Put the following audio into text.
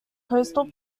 coastal